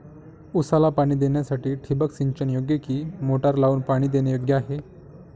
ऊसाला पाणी देण्यासाठी ठिबक सिंचन योग्य कि मोटर लावून पाणी देणे योग्य आहे?